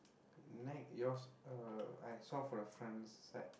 neck yours uh I saw from the front side